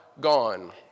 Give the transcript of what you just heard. gone